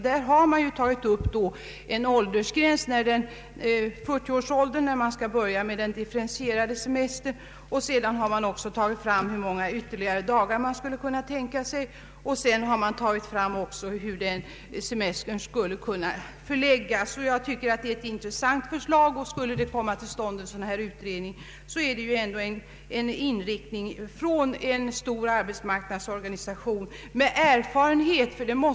Här har man alltså tagit upp en åldersgräns, nämligen 40 år, då en differentierad semester skall börja stegvis tillämpas. Sedan har man även angivit hur många ytterligare dagar man skulle kunna tänka sig och hur denna semester skulle kunna förläggas. Jag tycker att det är ett intressant förslag. Skulle en sådan här utredning komma till stånd, har den tillstyrkts av en stor arbetsmarknadsorganisation.